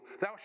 thou